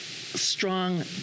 strong